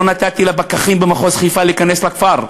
לא נתתי לפקחים במחוז חיפה להיכנס לכפר.